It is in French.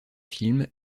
films